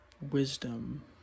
wisdom